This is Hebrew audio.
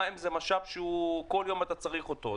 מים זה משאב שכל יום צריך אותו.